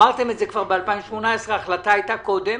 אמרתם את זה כבר ב-2018 וההחלטה הייתה קודם,